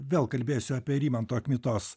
vėl kalbėsiu apie rimanto kmitos